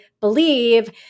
believe